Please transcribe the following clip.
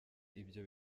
ibyo